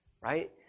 right